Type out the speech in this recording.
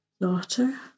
daughter